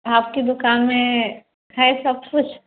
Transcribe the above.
आपकी दुकान में है सब कुछ